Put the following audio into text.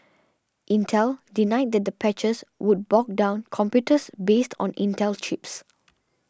Intel denied that the patches would bog down computers based on Intel chips